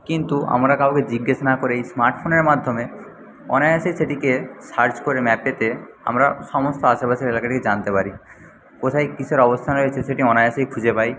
কিন্তু আমরা কাউকে জিজ্ঞেস না করে এই স্মার্টফোনের মাধ্যমে অনায়াসে সেটিকে সার্চ করে ম্যাপেতে আমরা সমস্ত আশেপাশের এলাকাটিকে জানতে পারি কোথায় কিসের অবস্থান রয়েছে সেটি অনায়াসেই খুঁজে পাই